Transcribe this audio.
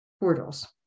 portals